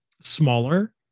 smaller